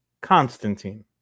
Constantine